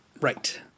Right